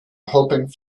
hoping